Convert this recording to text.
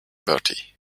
bertie